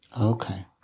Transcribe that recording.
Okay